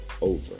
over